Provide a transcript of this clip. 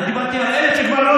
אני דיברתי על אלה שכבר לא